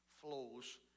flows